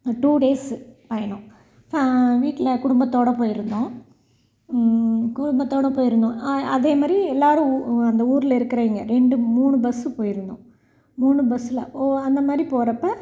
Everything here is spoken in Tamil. டூ டேஸ் பயணம் வீட்டில் குடும்பத்தோட போய் இருந்தோம் குடும்பத்தோட போய் இருந்தோம் அ அதே மாதிரி எல்லாரும் அந்த ஊரில் இருக்கிறவைங்க ரெண்டு மூணு பஸ் போய்ருந்தோம் மூணு பஸ்ஸில் ஓ அந்த மாதிரி போறப்போ